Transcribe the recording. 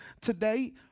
today